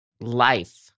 life